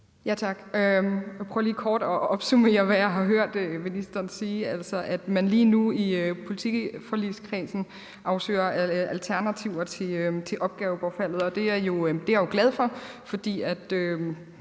Tak. Jeg prøver lige kort at opsummere, hvad jeg har hørt ministeren sige, altså at man lige nu i politiforligskredsen afsøger alternativer til opgavebortfaldet. Det er jeg glad for, for